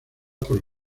por